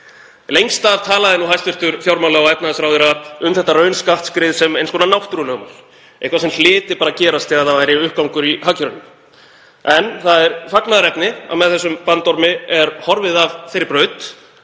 Lengst af talaði hæstv. fjármála- og efnahagsráðherra um þetta raunskattsskrið sem eins konar náttúrulögmál, eitthvað sem hlyti bara að gerast þegar uppgangur væri í hagkerfinu. En það er fagnaðarefni að með þessum bandormi er horfið af þeirri braut